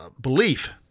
belief